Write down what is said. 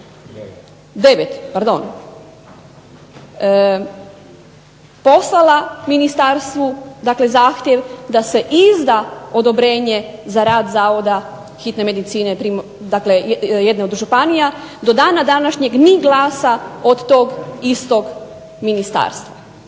9 pardon, poslala ministarstvu dakle zahtjev da se izda odobrenje za rad Zavoda hitne medicine pri jedne od županija. Do dana današnjeg ni glasa od tog istog ministarstva.